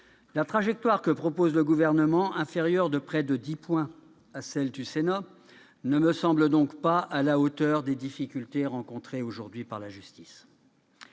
La trajectoire que propose le Gouvernement, inférieure de près de dix points à celle qui a été prévue par le Sénat, ne me semble donc pas à la hauteur des difficultés rencontrées aujourd'hui par la justice.